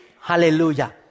Hallelujah